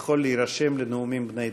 יכול להירשם לנאומים בני דקה.